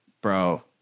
Bro